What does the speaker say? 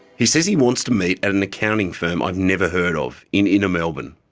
he says he wants to meet at an accounting firm i've never heard of in inner melbourne.